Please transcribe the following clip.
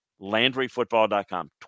LandryFootball.com